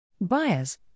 Buyers